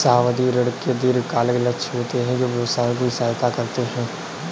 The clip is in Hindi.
सावधि ऋण के दीर्घकालिक लक्ष्य होते हैं जो व्यवसायों की सहायता करते हैं